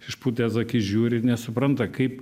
išpūtęs akis žiūri nesupranta kaip